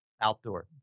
Outdoor